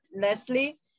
Leslie